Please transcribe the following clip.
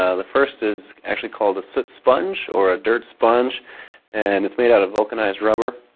ah the first is actually called the soot sponge or ah dirt sponge and it's made out of vulcanized rubber.